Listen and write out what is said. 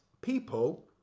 people